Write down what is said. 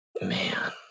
Man